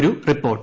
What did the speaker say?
ഒരു റിപ്പോർട്ട്